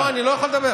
לא, אני לא יכול לדבר.